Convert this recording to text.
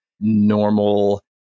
normal